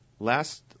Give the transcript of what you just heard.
Last